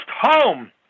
home